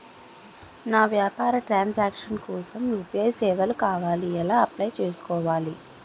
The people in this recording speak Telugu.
నా వ్యాపార ట్రన్ సాంక్షన్ కోసం యు.పి.ఐ సేవలు కావాలి ఎలా అప్లయ్ చేసుకోవాలి?